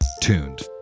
tuned